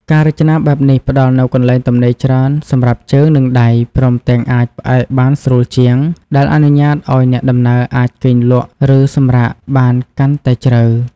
ការរចនាបែបនេះផ្ដល់នូវកន្លែងទំនេរច្រើនសម្រាប់ជើង និងដៃ ព្រមទាំងអាចផ្អែកបានស្រួលជាង ដែលអនុញ្ញាតឱ្យអ្នកដំណើរអាចគេងលក់ ឬសម្រាកបានកាន់តែជ្រៅ។